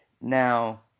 Now